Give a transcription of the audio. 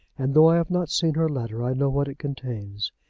and though i have not seen her letter, i know what it contains.